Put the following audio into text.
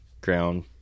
ground